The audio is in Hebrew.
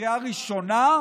בקריאה ראשונה.